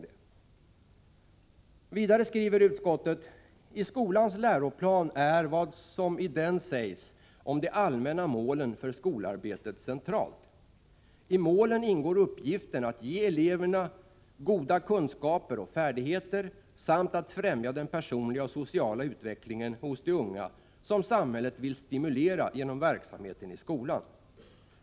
Vidare skriver utskottet: ”I skolans läroplan är vad som i den sägs om de allmänna målen för skolarbetet centralt. I målen ingår uppgiften att ge eleverna goda kunskaper och färdigheter samt att främja den personliga och sociala utveckling hos de unga, som samhället vill stimulera genom verksamheten i skolan.